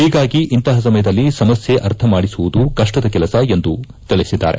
ಹೀಗಾಗಿ ಇಂತಪ ಸಮಯದಲ್ಲಿ ಸಮಸ್ಯೆ ಅರ್ಥ ಮಾಡಿಸುವುದು ಕಷ್ಷದ ಕೆಲಸ ಎಂದು ಅವರು ತಿಳಿಸಿದ್ದಾರೆ